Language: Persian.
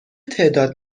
تعداد